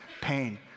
pain